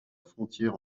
frontière